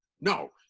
No